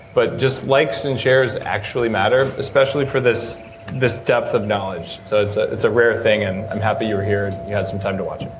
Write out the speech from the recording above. but just likes and shares actually matter especially for this this depth of knowledge. so it's ah it's a rare thing and i'm happy you're here and you had some time to watch